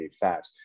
fat